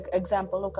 example